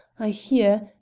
i hear,